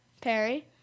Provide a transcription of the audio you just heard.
Perry